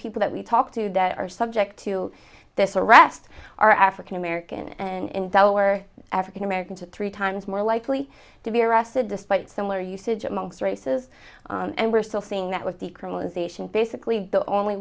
people that we talk to that are subject to this arrest are african american and that were african american to three times more likely to be arrested despite similar usage of most races and we're still seeing that with decriminalization basically the only